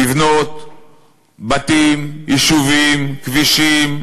לבנות בתים, יישובים, כבישים,